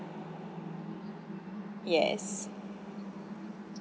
yes